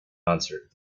concert